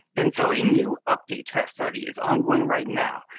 and so a new update to that study is ongoing right now,